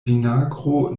vinagro